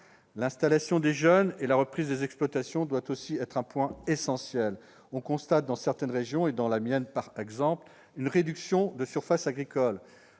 L'installation des jeunes et la reprise des exploitations doivent aussi être un point essentiel. On constate dans certaines régions, dans la mienne par exemple, une réduction des surfaces agricoles.